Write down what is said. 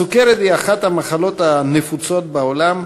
הסוכרת היא אחת המחלות הנפוצות בעולם,